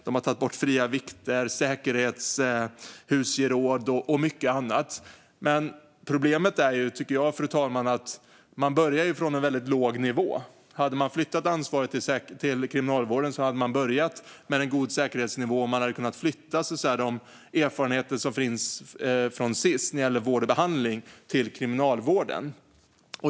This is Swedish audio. Man har tagit bort fria vikter, infört säkerhetshusgeråd och mycket annat. Problemet är, fru talman, att man börjar från en väldigt låg nivå. Hade man flyttat ansvaret till Kriminalvården hade man börjat med en god säkerhetsnivå och kunnat flytta erfarenheterna från Sis när det gäller vård och behandling till Kriminalvården.